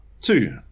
two